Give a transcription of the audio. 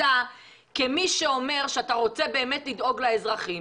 כמי שאומר שרוצה באמת לדאוג לאזרחים,